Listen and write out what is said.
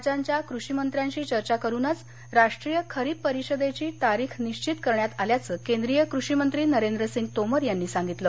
राज्यांच्या कृषीमंत्र्यांशी चर्चा करूनच राष्ट्रीय खरीप परिषदेची तारीख निश्वित करण्यात आल्याचं केंद्रीय कृषीमंत्री नरेंद्रसिंग तोमर यांनी सांगितलं